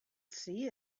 see